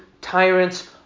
tyrants